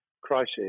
crisis